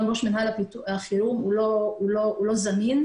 ראש מנהל הפיתוח לא מצליח להתחבר.